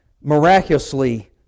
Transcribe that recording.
miraculously